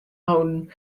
holden